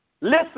Listen